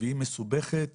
והיא מסובכת